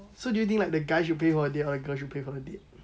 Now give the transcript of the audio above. so do you think like the guy should pay for a date or girl should pay for a date